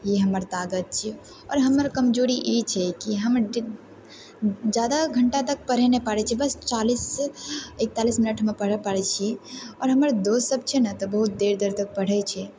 यही हमर तागत छियै आओर हमर कमजोरी ई छियै कि हम जादा घण्टा तक पढ़य नहि पाड़य छियै बस चालिससँ एकतालिस मिनट हमे पढ़य पाड़य छी आओर हमर दोस्त सब छै ने तऽ बहुत देर देर तक पढ़य छै